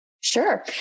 Sure